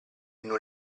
non